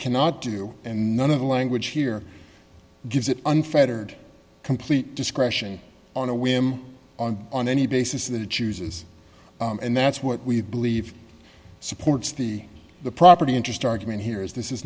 cannot do and none of the language here gives it unfettered complete discretion on a whim on any basis that it chooses and that's what we believe supports the the property interest argument here is this is